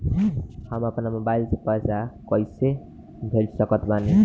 हम अपना मोबाइल से पैसा कैसे भेज सकत बानी?